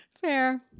Fair